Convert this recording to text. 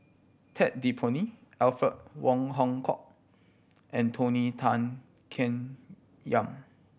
Ted De Ponti Alfred Wong Hong Kwok and Tony Tan Keng Yam